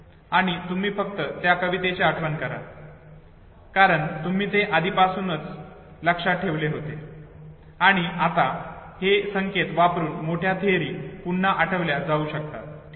आणि तुम्ही फक्त त्या कवितेची आठवण करा कारण तुम्ही ते आधीपासून लक्षात ठेवले होते आणि आता हे संकेत वापरुन मोठ्या थिअरी पुन्हा आठवल्या जाऊ शकतात ठीक आहे